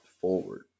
forward